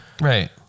Right